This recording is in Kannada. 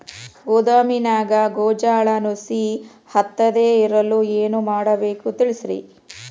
ಗೋದಾಮಿನ್ಯಾಗ ಗೋಂಜಾಳ ನುಸಿ ಹತ್ತದೇ ಇರಲು ಏನು ಮಾಡಬೇಕು ತಿಳಸ್ರಿ